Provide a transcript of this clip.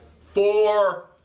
four